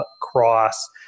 Cross